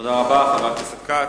תודה רבה, חבר הכנסת כץ.